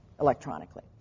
electronically